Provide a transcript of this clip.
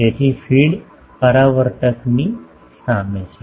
તેથી ફીડ પરાવર્તકની સામે છે